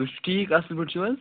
تُہۍ چھُو ٹھیٖک اَصٕل پٲٹھۍ چھُو حظ